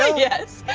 ah yes.